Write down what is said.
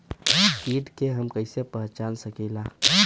कीट के हम कईसे पहचान सकीला